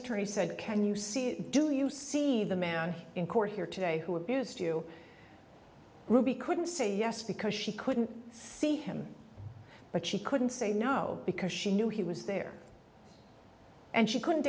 attorney said can you see it do you see the man in court here today who abused you ruby couldn't say yes because she couldn't see him but she couldn't say no because she knew he was there and she couldn't